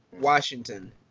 Washington